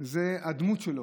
זאת הדמות שלו,